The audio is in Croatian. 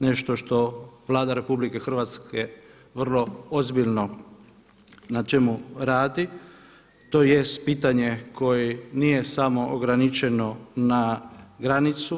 nešto što Vlada RH vrlo ozbiljno na čemu radi, tj. pitanje koje nije samo ograničeno na granicu.